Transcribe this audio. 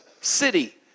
city